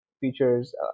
features